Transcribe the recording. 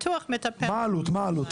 מה העלות?